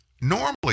normally